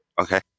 okay